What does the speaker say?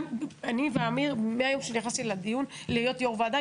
מהיום שנכנסתי להיות יו"ר ועדה,